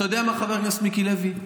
אתה יודע מה, חבר הכנסת מיקי לוי?